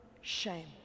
shame